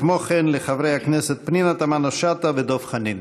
וכן לחברי הכנסת פנינה תמנו-שטה ודב חנין.